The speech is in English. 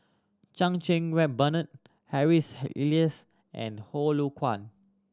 Chan Cheng Wah Bernard Harry's Elias and